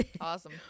Awesome